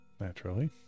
Naturally